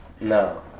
No